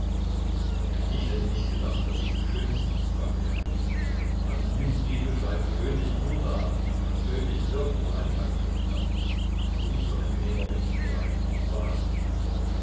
ich hätte nicht gedacht daß sie so schön sind sagte er anonyme briefe schreiben gewöhnlich nur damen die persönlich nirgendwo anklang gefunden haben um so angenehmer bin ich überrascht wahrhaftig